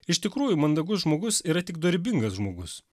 iš tikrųjų mandagus žmogus yra tik dorybingas žmogus